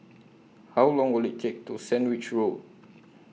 How Long Will IT Take to Sandwich Road